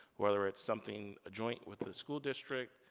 whether it's something adjoint with the school district,